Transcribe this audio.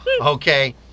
okay